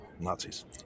Nazis